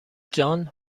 جان